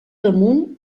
damunt